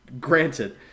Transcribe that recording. granted